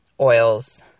oils